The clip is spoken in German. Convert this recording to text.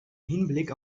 hinblick